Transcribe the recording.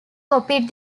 copied